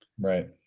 Right